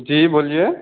जी बोलिए